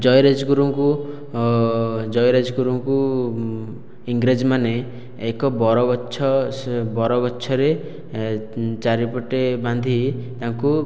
ଜୟୀରାଜଗୁରୁଙ୍କୁ ଜୟୀରାଜଗୁରୁଙ୍କୁ ଇଂରେଜମାନେ ଏକ ବର ଗଛ ବର ଗଛରେ ଚାରି ପଟେ ବାନ୍ଧି ତାଙ୍କୁ